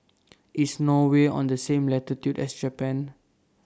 IS Norway on The same latitude as Japan